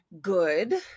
good